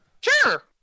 Sure